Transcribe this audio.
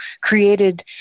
created